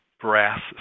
brass